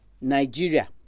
nigeria